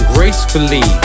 Gracefully